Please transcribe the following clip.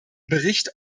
bericht